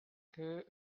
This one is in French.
que